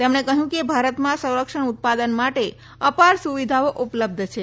તેમણે કહ્યું કે ભારતમાં સંરક્ષણ ઉત્પાદન માટે અપાર સુવિધાઓ ઉપલબ્ધ છે